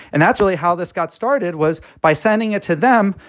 and that's really how this got started, was by sending it to them.